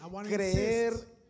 creer